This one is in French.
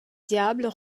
diables